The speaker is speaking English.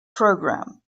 programme